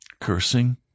cursing